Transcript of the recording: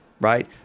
right